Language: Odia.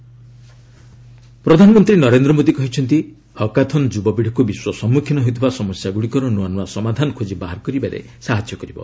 ପିଏମ୍ ଚେନ୍ନାଇ ପ୍ରଧାନମନ୍ତ୍ରୀ ନରେନ୍ଦ୍ର ମୋଦି କହିଛନ୍ତି ହାକାଥନ୍ ଯୁବପିଢ଼ିକୁ ବିଶ୍ୱ ସମ୍ମୁଖୀନ ହେଉଥିବା ସମସ୍ୟାଗୁଡ଼ିକର ନୂଆ ନୂଆ ସମାଧାନ ଖୋଜି ବାହାର କରିବାରେ ସାହାଯ୍ୟ କରିବ